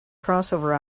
crossover